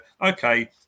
okay